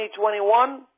2021